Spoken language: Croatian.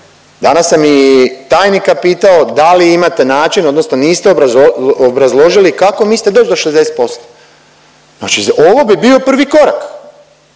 Danas sam i tajnika pitao da li imate način odnosno niste obrazložili kako mislite doć do 60%, znači ovo bi bio prvi korak,